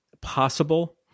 possible